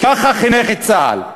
ככה חינך צה"ל.